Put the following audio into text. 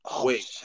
Wait